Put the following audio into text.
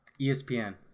ESPN